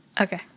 Okay